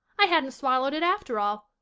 i hadn't swallowed it after all.